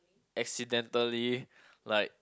accidentally like